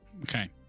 Okay